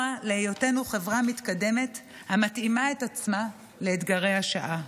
להיותנו חברה מתקדמת המתאימה את עצמה לאתגרי השעה.